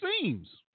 seems